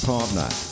Partner